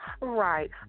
Right